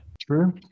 True